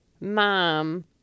mom